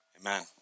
Amen